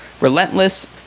Relentless